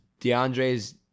DeAndre's